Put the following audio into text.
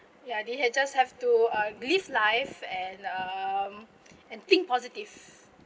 ya they had just have to uh live life and um and think positive